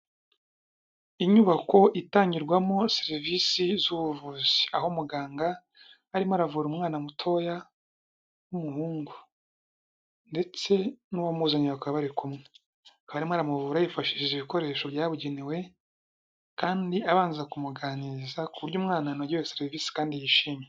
Inyubako itangirwamo serivisi zubuvuzi, aho muganga arimo aravura umwana mutoya, w'umuhungu, ndetse n'uwamuzanye bakaba bari kumwe, akaba arimo aramuvura, yifashishije ibikoresho byabugenewe, kandi abanza kumuganiriza, ku buryo umwanaogeye serivisi kandi yishimye.